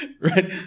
right